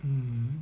mmhmm